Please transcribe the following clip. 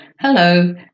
Hello